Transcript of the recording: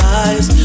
eyes